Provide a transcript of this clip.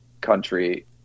country